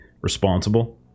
responsible